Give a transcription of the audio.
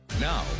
Now